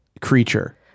creature